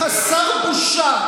חסר בושה.